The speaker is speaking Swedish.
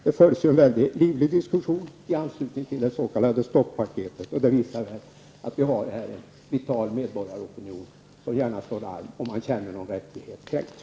Det fördes en mycket livlig diskussion i anslutning till det s.k. stoppaketet, och det visar att vi har en vital medborgaropinion som gärna slår larm om man känner att någon rättighet kränkts.